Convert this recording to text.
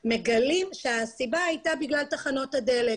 מגלים שהסיבה הייתה בגלל תחנות הדלק.